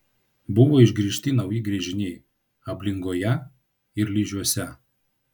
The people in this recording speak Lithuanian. buvo išgręžti nauji gręžiniai ablingoje ir ližiuose